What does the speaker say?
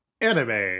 anime